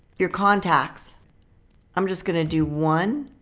your contacts i'm just going to do one,